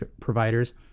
providers